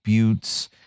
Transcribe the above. buttes